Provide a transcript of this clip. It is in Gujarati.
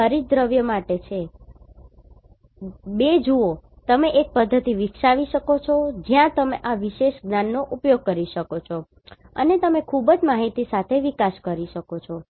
આ હરિતદ્રવ્ય માટે છે 2 જુઓ તમે એક પદ્ધતિ વિકસાવી શકો છો જ્યાં તમે આ વિશેષ જ્ઞાન નો ઉપયોગ કરી શકો છો અને તમે ખૂબ જ માહિતી સાથે વિકાસ કરી શકો છો